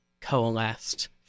coalesced